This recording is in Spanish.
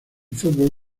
fútbol